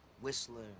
Whistler